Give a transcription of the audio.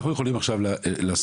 אנחנו יכולים עכשיו בוועדה,